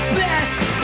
best